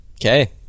Okay